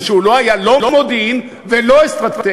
שהוא לא היה לא מודיעין ולא אסטרטגיה,